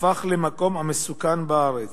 הפך למקום המסוכן בארץ.